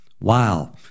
Wow